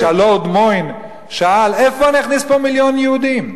שהלורד מוין שאל: איפה אני אכניס פה מיליון יהודים?